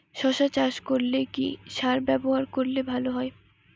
শশা চাষ করলে কি সার ব্যবহার করলে ভালো হয়?